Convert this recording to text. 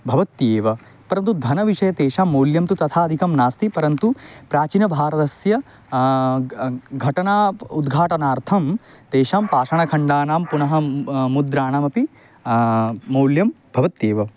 भवत्येव परन्तु धनविषये तेषां मौल्यं तु तथा अधिकं नास्ति परन्तु प्राचीनभारतस्य ग घटना उद्घाटनार्थं तेषां पाषाणखण्डानां पुनः मु मुद्राणामपि मूल्यं भवत्येव